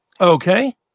Okay